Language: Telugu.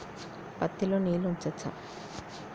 పత్తి లో నీళ్లు ఉంచచ్చా?